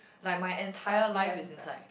like my entire life is seems like